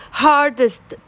hardest